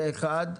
פה אחד.